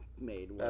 made